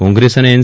કોંગ્રેસ અને એન